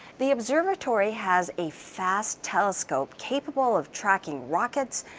the observatory has a fast telescope capable of tracking rockets,